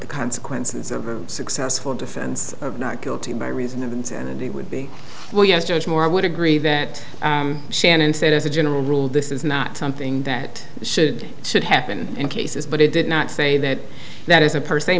the consequences of a successful defense of not guilty by reason of insanity would be well yes judge moore would agree that shannon said as a general rule this is not something that should should happen in cases but it did not say that that is a per se